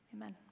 Amen